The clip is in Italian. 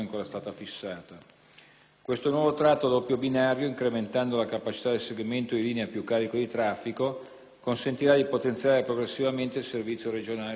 Questo nuovo tratto a doppio binario, incrementando la capacità del segmento di linea più carico di traffico, consentirà di potenziare progressivamente il servizio regionale su tale asse.